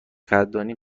قدردانی